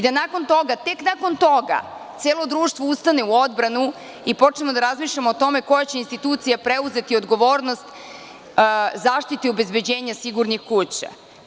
Da tek nakon toga celo društvo ustane u odbranu i počnemo da razmišljamo o tome koja će institucija preuzeti odgovornost zaštiti obezbeđenja sigurnih kuća.